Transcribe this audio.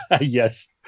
Yes